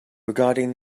regarding